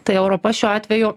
tai europa šiuo atveju